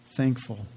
thankful